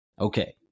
Okay